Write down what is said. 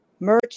Merch